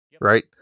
Right